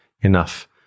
enough